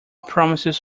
promises